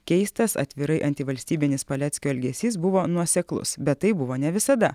keistas atvirai antivalstybinis paleckio elgesys buvo nuoseklus bet tai buvo ne visada